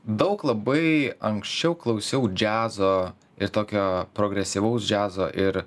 daug labai anksčiau klausiau džiazo ir tokio progresyvaus džiazo ir